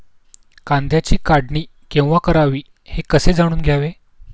कांद्याची काढणी केव्हा करावी हे कसे जाणून घ्यावे?